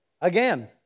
Again